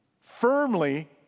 firmly